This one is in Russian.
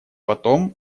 потом